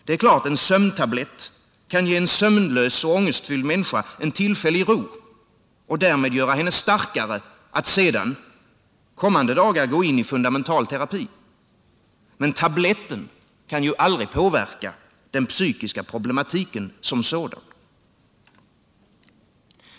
Det är klart att en sömntablett kan ge en sömnlös människa tillfällig ro och därmed göra henne starkare att sedan, kommande dagar, gå in i fundamental terapi, men tabletten kan ju aldrig påverka den psykiska problematiken som sådan.